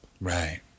Right